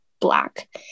black